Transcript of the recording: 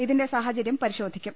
ഇതിന്റെ സാഹ ചര്യം പരിശോധിക്കും